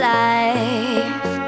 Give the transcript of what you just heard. life